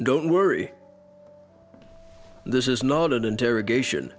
don't worry this is not an interrogation